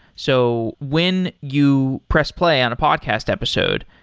so when you press play on a podcast episode,